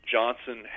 Johnson